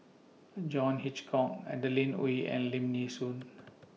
John Hitchcock Adeline Ooi and Lim Nee Soon